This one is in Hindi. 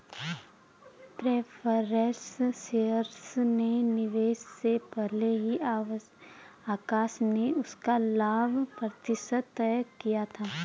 प्रेफ़रेंस शेयर्स में निवेश से पहले ही आकाश ने उसका लाभ प्रतिशत तय किया था